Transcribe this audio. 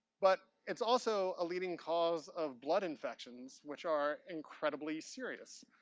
but, it's also a leading cause of blood infections, which are incredibly serious.